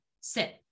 sit